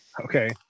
Okay